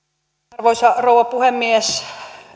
arvoisa rouva puhemies